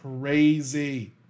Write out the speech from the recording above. crazy